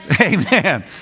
Amen